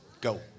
go